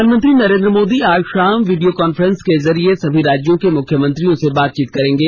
प्रधानमंत्री नरेन्द्र मोदी आज शाम वीडियो कांफ्रेंस के जरिये सभी राज्यों के मुख्यमंत्रियों से बातचीत करेंगे